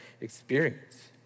experience